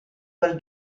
per